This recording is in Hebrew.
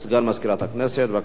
מה זה משנה, בעד, 11, אין